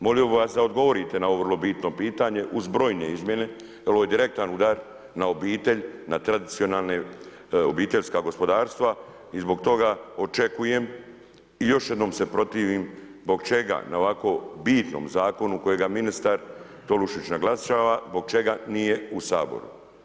Molio bih vas da odgovorite na ovo vrlo bitno pitanje uz brojne izmjene jer ovo je direktan udar na obitelj, na tradicionalne, na obiteljska gospodarstva i zbog toga očekujem i još jednom se protivim zbog čega na ovako bitnom zakonu kojega ministar Tolušić naglašava, zbog čega nije u Saboru.